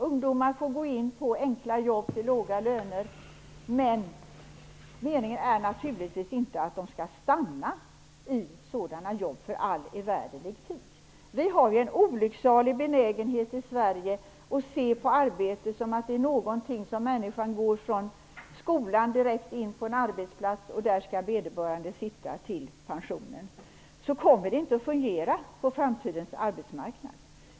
Ungdomar får gå in på enkla jobb till låga löner, men meningen är naturligtvis inte att de skall stanna i sådana jobb för all evärderlig tid. Vi har i Sverige en olycksalig benägenhet att ha den synen på arbetet att man skall gå från skolan direkt in på en arbetsplats, där man sedan skall sitta till pensionen. Så kommer det inte att fungera på framtidens arbetsmarknad.